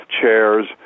chairs